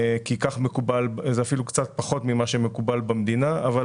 זה אפילו קצת פחות ממה שמקובל במדינה אבל